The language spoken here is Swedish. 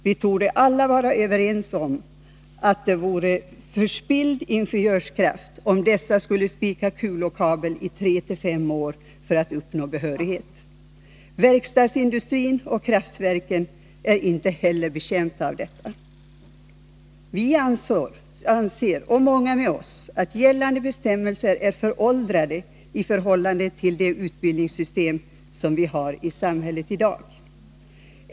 Vi torde alla vara överens om att det vore förspilld ingenjörskraft, om dessa skulle spika kulokabel 3-5 år för att uppnå behörighet. Verkstadsindustrin och kraftverken är inte heller betjänta av detta. Vi anser, och många med oss, att gällande bestämmelser är föråldrade i förhållande till det utbildningssystem som vi har i samhället i dag.